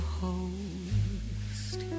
host